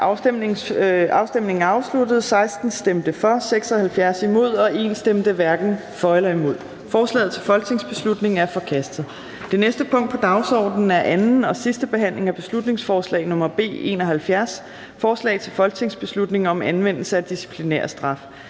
hverken for eller imod stemte 1 (ALT). Forslaget til folketingsbeslutning er forkastet. --- Det næste punkt på dagsordenen er: 23) 2. (sidste) behandling af beslutningsforslag nr. B 71: Forslag til folketingsbeslutning om anvendelse af disciplinærstraf.